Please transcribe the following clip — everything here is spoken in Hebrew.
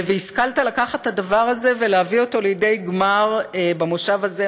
והשכלת לקחת את הדבר הזה ולהביא אותו לידי גמר במושב הזה,